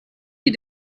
die